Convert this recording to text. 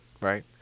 right